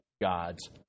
God's